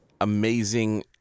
amazing